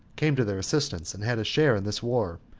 came to their assistance, and had a share in this war,